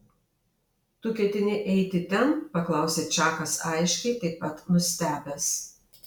tu ketini eiti ten paklausė čakas aiškiai taip pat nustebęs